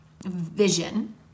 vision